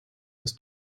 des